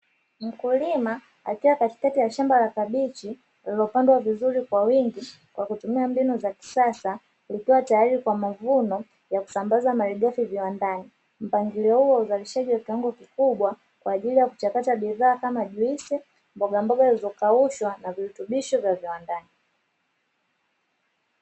Mkulima akiwa katikati ya shamba la kabichi lililopandwa vizuri kwa wingi kwa kutumia mbinu za kisasa likiwa tayari kwa mavuno ya kusambaza malighafi viwandani, mpangilio huu wa uzalishaji kwa kiwango kikubwa kwa ajili ya kuchakata bidhaa kama juisi, mbogamboga zilizokaushwa na virutubisho vya viwandani.